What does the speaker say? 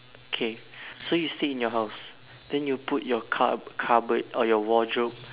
K so you stay in your house then you put your cup~ cupboard or your wardrobe